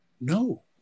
No